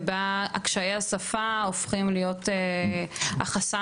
ובה קשיי השפה הופכים להיות החסם.